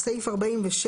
סעיף 46